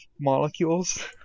molecules